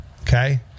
okay